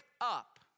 up